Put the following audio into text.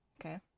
Okay